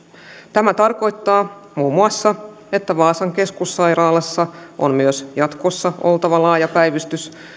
tämä tarkoittaa muun muassa että vaasan keskussairaalassa on myös jatkossa oltava laaja päivystys